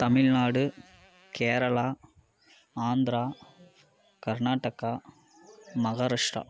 Tamil Nadu Kerala Andhra Karnataka Maharashtra